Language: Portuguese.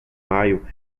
maio